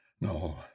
No